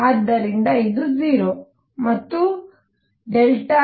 ಆದ್ದರಿಂದ ಇದು 0